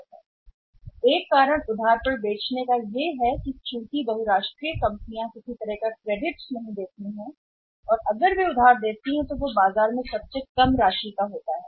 तो क्रेडिट पर बेचने में अनुशासन का एक कारण यह है चूंकि यह बहुराष्ट्रीय कंपनी किसी भी तरह का क्रेडिट नहीं देती है यदि वे क्रेडिट बहुत बहुत देते हैं बाजार में वे जितना कम ऋण देते हैं